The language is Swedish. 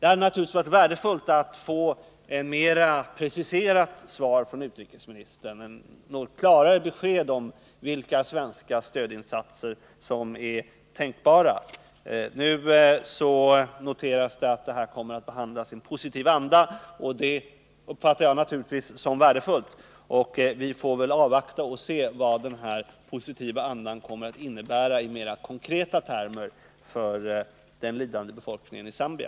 Det hade naturligtvis varit värdefullt att få ett mer preciserat svar från utrikesministern, ett något klarare besked om vilka slags svenska stödinsatser som är tänkbara. Nu säger utrikesministern att framställningarna om bistånd kommer att behandlas i positiv anda, och det uppfattar jag naturligtvis som värdefullt. Vi får väl avvakta och se vad den positiva andan kommer att innebära i mer konkreta termer för den lidande befolkningen i Zambia.